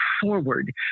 forward